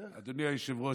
אדוני היושב-ראש,